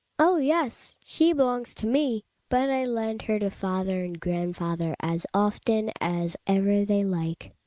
oh, yes, she belongs to me. but i lend her to father and grandfather as often as ever they like.